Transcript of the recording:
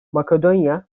makedonya